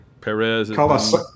Perez